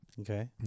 Okay